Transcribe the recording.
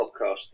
podcast